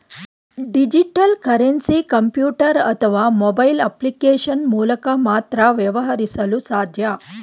digital currency computer ಅಥವಾ mobile application ಮೂಲಕ ಮಾತ್ರ ವ್ಯವಹರಿಸಲು ಸಾಧ್ಯ